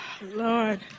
Lord